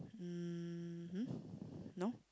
mmhmm no